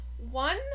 One